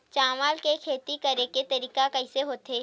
चावल के खेती करेके तरीका कइसे होथे?